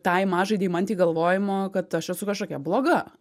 tai mažai deimantei galvojimo kad aš esu kažkokia bloga